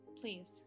please